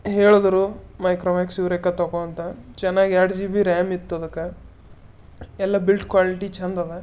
ಹೇಳಿದರು Micromax Yureka ತೊಗೋ ಅಂತ ಚೆನ್ನಾಗಿ ಎರಡು ಜಿ ಬಿ ರ್ಯಾಮಿತ್ತು ಅದಕ್ಕೆ ಎಲ್ಲ ಬಿಲ್ಟ್ ಕ್ವಾಲಿಟಿ ಛಂದದ